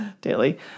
daily